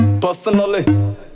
Personally